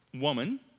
woman